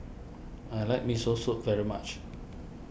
I like Miso Soup very much